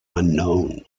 unknown